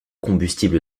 combustible